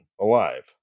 alive